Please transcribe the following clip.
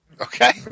Okay